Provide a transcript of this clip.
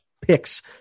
Picks